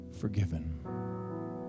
forgiven